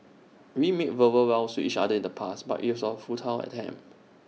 we made verbal vows to each other in the past but IT was A futile attempt